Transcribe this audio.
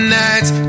night's